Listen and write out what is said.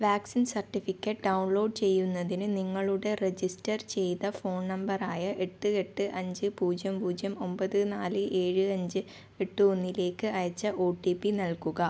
vaccine certificate download ചെയ്യുന്നതിന് നിങ്ങളുടെ register ചെയ്ത ഫോൺ നമ്പർ ആയ എട്ട് എട്ട് അഞ്ച് പൂജ്യം പൂജ്യം ഒമ്പത് നാല് ഏഴ് അഞ്ച് എട്ട് ഒന്നിലേക്ക് അയച്ച ഒ ടി പി നൽകുക